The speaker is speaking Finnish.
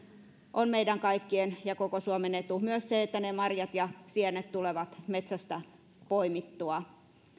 on meidän kaikkien ja koko suomen etu myös se että ne marjat ja sienet tulevat metsästä poimittua